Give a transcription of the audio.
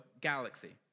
Galaxy